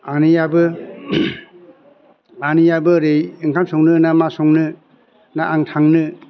आनैयाबो आनैयाबो ओरै ओंखाम संनो ना मा संनो ना आं थांनो